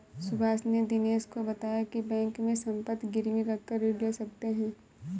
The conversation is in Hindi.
सुभाष ने दिनेश को बताया की बैंक में संपत्ति गिरवी रखकर ऋण ले सकते हैं